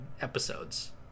episodes